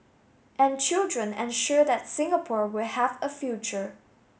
and children ensure that Singapore will have a future